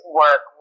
work